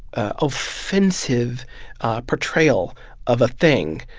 offensive portrayal of a thing,